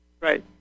Right